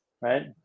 right